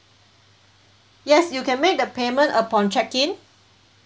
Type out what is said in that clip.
yes you can make the payment upon check in